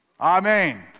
Amen